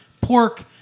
pork